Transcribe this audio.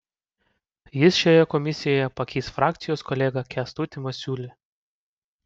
jis šioje komisijoje pakeis frakcijos kolegą kęstutį masiulį